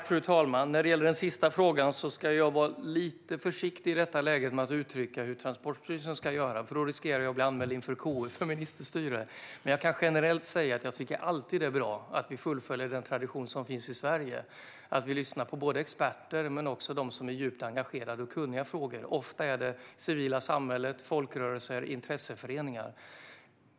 Fru talman! När det gäller den sista frågan ska jag vara lite försiktig med att i detta läge uttrycka hur Transportstyrelsen ska göra, för då riskerar jag att bli anmäld till KU för ministerstyre. Men jag kan generellt säga att jag alltid tycker att det är bra att vi fullföljer den tradition som finns i Sverige och lyssnar både på experter och på dem som är djupt engagerade och kunniga i olika frågor. Det är ofta det civila samhället, folkrörelser och intresseföreningar.